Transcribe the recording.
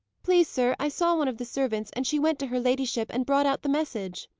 please, sir, i saw one of the servants, and she went to her ladyship, and brought out the message.